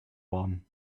one